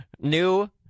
new –